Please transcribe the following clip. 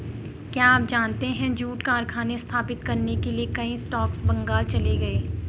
क्या आप जानते है जूट कारखाने स्थापित करने के लिए कई स्कॉट्स बंगाल चले गए?